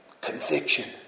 Conviction